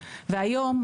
והיום,